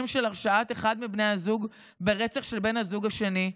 של הרשעת אחד מבני הזוג ברצח של בן הזוג השני,